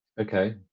Okay